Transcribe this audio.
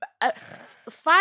five